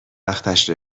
وقتش